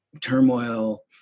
turmoil